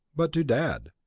but to dad,